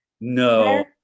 No